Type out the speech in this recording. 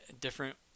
different